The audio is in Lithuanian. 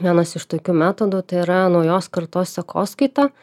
vienas iš tokių metodų tai yra naujos kartos sekoskaita